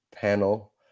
panel